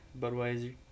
Budweiser